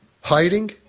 Hiding